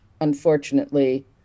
unfortunately